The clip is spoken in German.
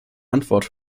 antwort